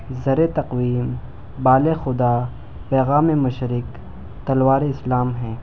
زرِ تقویم بال خدا پیغام مشرق تلوارِ اسلام ہیں